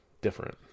different